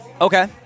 Okay